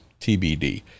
tbd